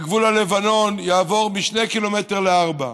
בגבול הלבנון יגדל מ-2 קילומטר ל-4.